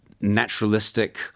naturalistic